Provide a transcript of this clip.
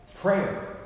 Prayer